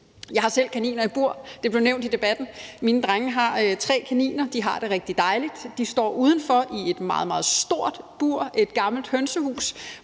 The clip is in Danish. Jeg har selv kaniner i bur; det blev nævnt i debatten. Mine drenge har tre kaniner, og de har det rigtig dejligt. De står udenfor i et meget, meget stort bur, et gammelt hønsehus,